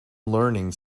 learning